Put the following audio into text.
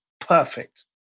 perfect